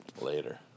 Later